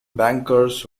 bankers